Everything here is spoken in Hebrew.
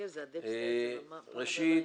ראשית,